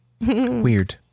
Weird